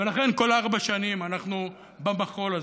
ולכן כל ארבע שנים אנחנו במחול הזה.